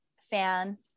fan